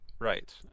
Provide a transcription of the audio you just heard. Right